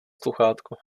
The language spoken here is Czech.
sluchátko